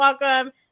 welcome